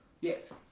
Yes